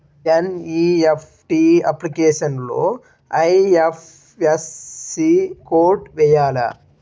NEFT అప్లికేషన్లో IFSC code వేయాలా?